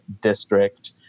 district